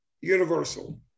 universal